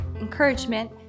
encouragement